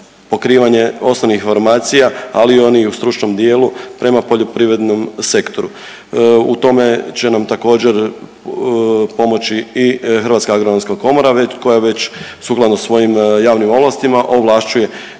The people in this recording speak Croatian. pokrivanje osnovnih informacija, ali i onih u stručnom dijelu prema poljoprivrednom sektoru. U tome će nam također pomoći i Hrvatska agronomska komora koja već sukladno svojim javnim ovlastima ovlašćuje,